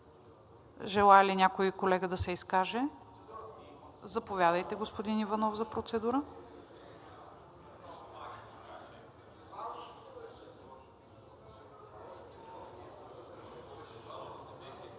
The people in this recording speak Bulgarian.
Желае ли някой колега да се изкаже? Заповядайте, господин Иванов, за процедура.